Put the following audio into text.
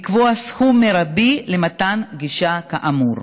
לקבוע סכום מרבי למתן גישה כאמור.